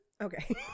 Okay